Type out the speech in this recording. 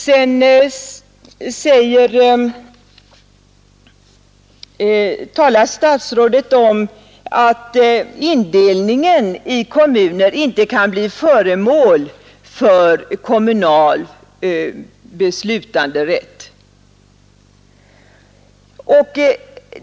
Sedan talar statsrådet om att indelningen i kommuner inte kan bli föremål för kommunal beslutanderätt.